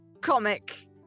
comic